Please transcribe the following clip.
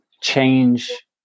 change